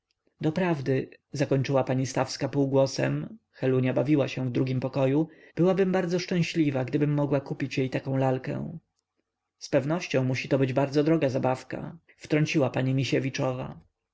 doprawdy zakończyła pani stawska półgłosem helunia bawiła się w drugim pokoju byłabym bardzo szczęśliwa gdybym mogła kupić jej taką lalkę zpewnością musi to być bardzo droga zabawka wtrąciła pani misiewiczowa